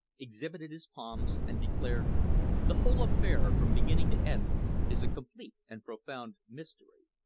exhibited his palms, and declared the whole affair from beginning to end is a complete and profound mystery.